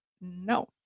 no